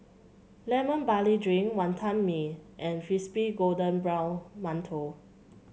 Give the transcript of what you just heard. Lemon Barley Drink Wonton Mee and Crispy Golden Brown Mantou